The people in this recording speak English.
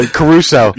Caruso